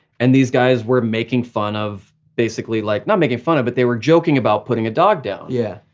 and these guys were making fun of basically, like not making fun of but they were joking about putting a dog down. yeah.